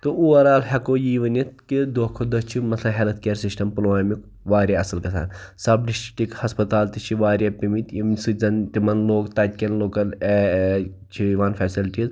تہٕ اوٚوَرآل ہیٚکو یی ؤنِتھ کہِ دۄہ کھۄتہٕ دۄہ چھِ مثلًا ہیٚلٕتھ کِیَر سِسٹَم پُلوامیُک واریاہ اصٕل گژھان سَب ڈِسٹِرٛک ہَسپَتال تہِ چھِ واریاہ پیٚمٕتۍ ییٚمہِ سۭتۍ زَن تِمَن لوٚگ تَتہِ کیٚن لوٗکَن چھِ یِوان فیسَلٹیٖز